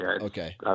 okay